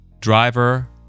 driver